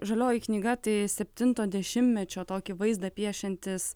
žalioji knyga tai septinto dešimtmečio tokį vaizdą piešiantis